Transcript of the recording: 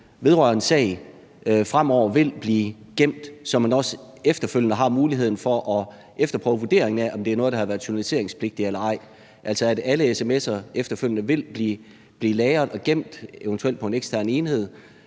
vedrører en sag, fremover vil blive gemt, så man også efterfølgende har mulighed for at efterprøve vurderingen af, om det er noget, der har været journaliseringspligtigt eller ej, altså at alle sms'er efterfølgende vil blive lagret og gemt, eventuelt på en ekstern enhed,